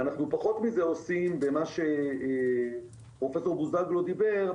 ואנחנו פחות מזה עושים במה שפרופ' בוזגלו דיבר,